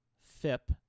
FIP